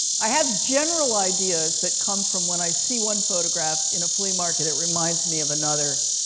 i have general ideas that come from when i see one photograph in a flea market, it reminds me of another.